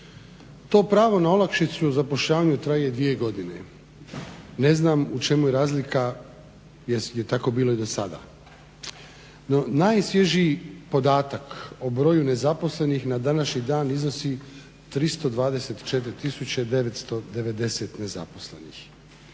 To pravo na olakšicu u zapošljavanju traje 2 godine. ne znam u čemu je razlika jer je tako bilo i do sada. No, najsvježiji podatak o broju nezaposlenih na današnji dan iznosi 324 tisuće 990 nezaposlenih.